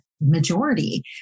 majority